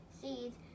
seeds